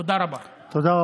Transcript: תודה רבה.) תודה רבה.